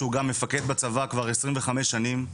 שהוא גם מפקד בצבא עשרים וחמש שנים,